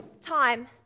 time